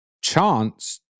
chance